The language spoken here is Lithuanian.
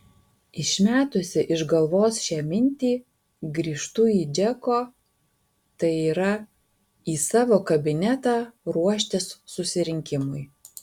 išmetusi iš galvos šią mintį grįžtu į džeko tai yra į savo kabinetą ruoštis susirinkimui